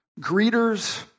greeters